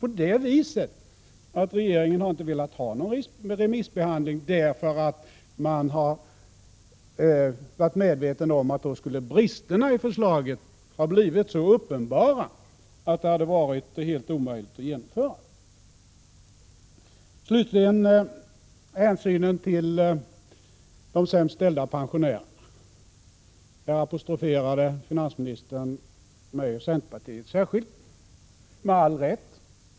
Nej, det är naturligtvis så att regeringen inte har velat ha någon remissbehandling därför att man varit medveten om att bristerna i förslaget då skulle ha blivit så uppenbara att det hade varit helt omöjligt att genomföra. Slutligen något om hänsynen till de sämst ställda pensionärerna. Finansministern apostroferade mig och centerpartiet särskilt, och med all rätt.